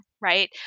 right